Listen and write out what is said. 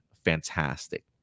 fantastic